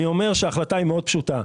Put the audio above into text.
אני אומר שההחלטה היא מאוד פשוטה.